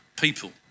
people